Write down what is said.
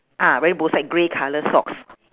ah wearing both side grey colour socks